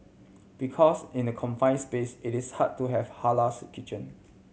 because in a confine space it is hard to have halals kitchen